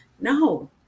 no